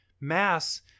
mass